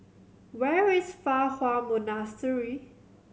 where is Fa Hua Monastery